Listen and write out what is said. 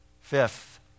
Fifth